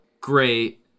great